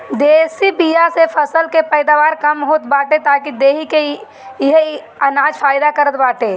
देशी बिया से फसल के पैदावार कम होत बाटे बाकी देहि के इहे अनाज फायदा करत बाटे